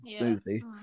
movie